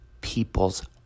people's